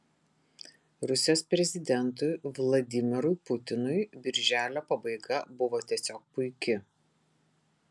rusijos prezidentui vladimirui putinui birželio pabaiga buvo tiesiog puiki